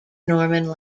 norman